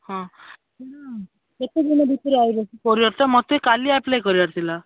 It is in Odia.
ହଁ କେତେଦିନ ଭିତରେ ଆସିବ କୋରିଅର୍ଟା ମୋତେ କାଲି ଆପ୍ଲାଇ୍ କରିବାର ଥିଲା